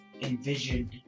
envisioned